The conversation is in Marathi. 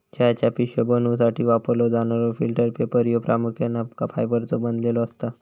चहाच्या पिशव्या बनवूसाठी वापरलो जाणारो फिल्टर पेपर ह्यो प्रामुख्याने अबका फायबरचो बनलेलो असता